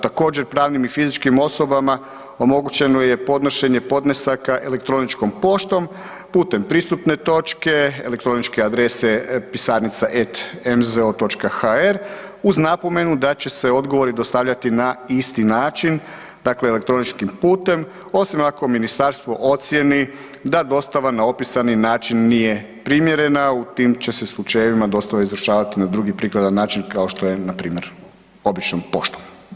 Također pravim i fizičkim osobama omogućeno je podnošenje podnesaka elektroničkom poštom putem pristupne točke, elektroničke adrese pisarnica&mzo.hr uz napomenu da će se odgovori dostavljati na isti način, dakle elektroničkim putem osim ako ministarstvo ocjeni da dostava na opisani način nije primjerena, u tim će se slučajevima dostava izvršavati na drugi prikladan način kao što je npr. običnom poštom.